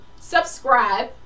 subscribe